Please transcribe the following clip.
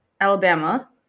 Alabama